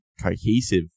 cohesive